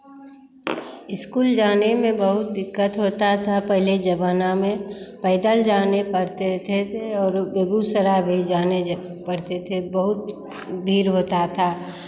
school जाने में बहुत दिक्कत होता था पहले ज़माना में पैदल जाने पड़ते थे और बेगूसराय भी जाने पड़ते थे बहुत भीड़ होता था